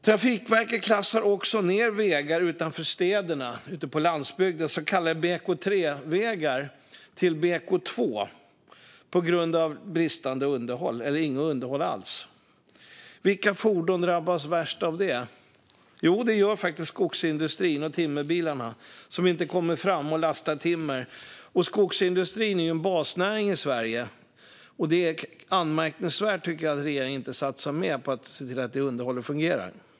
Trafikverket klassar också ned vägar utanför städerna ute på landsbygden. Så kallade BK3-vägar klassas ned till BK2 på grund av bristande eller inget underhåll. Vilka fordon drabbas värst av det? Jo, det är faktiskt skogsindustrin och timmerbilarna, som inte kommer fram för att lasta timmer. Skogsindustrin är ju en basnäring i Sverige. Det är anmärkningsvärt, tycker jag, att regeringen inte satsar mer på att se till att det underhållet fungerar.